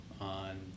on